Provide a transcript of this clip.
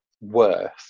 worth